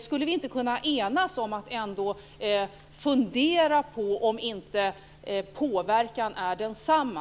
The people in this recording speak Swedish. Skulle vi inte kunna enas om att i alla fall fundera på om inte påverkan är densamma?